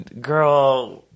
girl